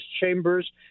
chambers